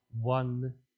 one